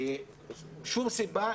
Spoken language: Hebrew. משום סיבה,